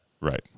Right